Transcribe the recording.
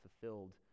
fulfilled